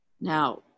Now